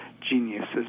geniuses